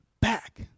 back